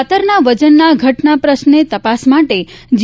ખાતરના વજનમાં ઘટના પ્રશ્ને તપાસ માટે જી